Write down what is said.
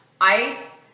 Ice